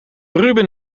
ruben